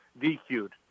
DQ'd